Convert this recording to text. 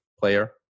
player